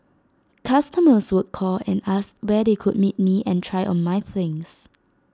customers would call and ask where they could meet me and try on my things